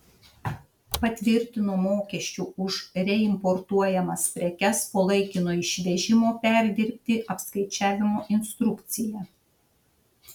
patvirtino mokesčių už reimportuojamas prekes po laikino išvežimo perdirbti apskaičiavimo instrukciją